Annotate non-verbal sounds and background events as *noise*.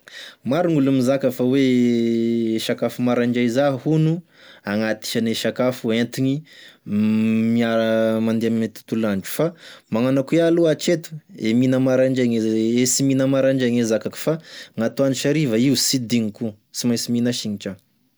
Maro gn'olo mizaka fa hoe sakafo maraindray za hono agnatisane sakafo hoentigny mia- *hesitation* mandeha ame tontolo andro fa magnano akoia aloa atreto e mihina maraindray e sy mihina maraindray e zakako fa gn'atoandro sy hariva io sy digniko sy mainsy mihina signitry aho.